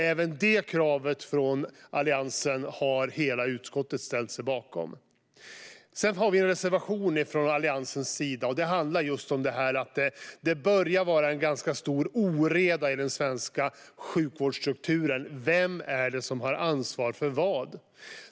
Även detta krav från Alliansen har hela utskottet ställt sig bakom. Vi har från Alliansens sida en reservation, och den handlar om just detta att det börjar bli en ganska stor oreda i den svenska sjukvårdsstrukturen. Vem är det som har ansvar för vad?